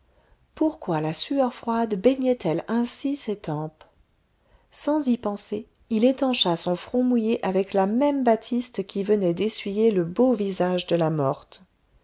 pourquoi la sueur froide baignait elle ainsi ses tempes sans y penser il étancha son front mouillé avec la même batiste qui venait d'essuyer le beau visage de la morte